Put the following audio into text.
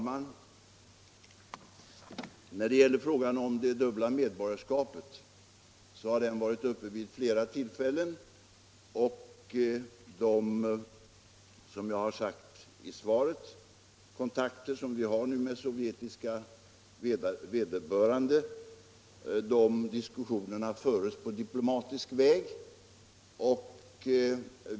Herr talman! Frågan om det dubbla medborgarskapet har varit uppe vid flera tillfällen, och som jag sade i mitt svar förs diskussioner på diplomatisk väg genom de kontakter i frågan som tagits med sovjetiska vederbörande.